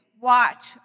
watch